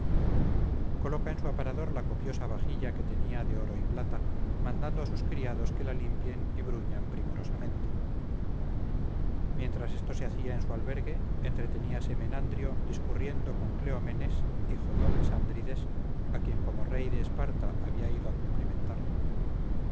en su aparador la copiosa vajilla que tenía de oro y plata mandando a sus criados que la limpien y bruñan primorosamente mientras esto se hacía en su albergue entreteníase menandrio discurriendo con cleomenes hijo de alexandrides a quien como rey de esparta había ido a cumplimentar